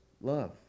love